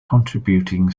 contributing